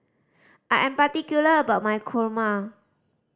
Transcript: I am particular about my kurma